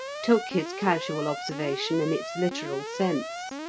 took his casual observation in its literal sense.